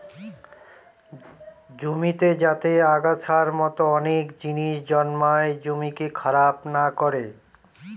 জমিতে যাতে আগাছার মতো অনেক জিনিস জন্মায় জমিকে খারাপ না করে